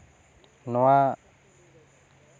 ᱱᱚᱶᱟ